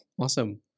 awesome